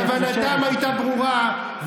כוונתם הייתה ברורה,